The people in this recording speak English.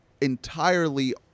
entirely